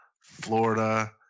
Florida